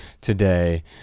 today